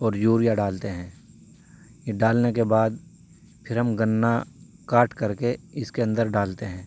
اور یوریا ڈالتے ہیں یہ ڈالنے کے بعد پھر ہم گنا کاٹ کر کے اس کے اندر ڈالتے ہیں